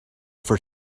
for